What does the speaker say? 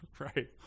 Right